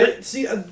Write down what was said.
See